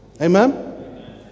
Amen